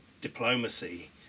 diplomacy